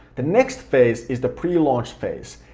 the next phase is the prelaunch phase,